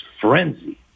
frenzy